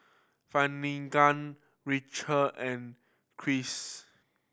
Finnegan Racheal and Cris